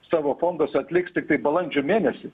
savo fonduose atliks tiktai balandžio mėnesį